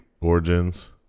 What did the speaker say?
Origins